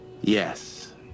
Yes